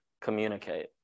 communicate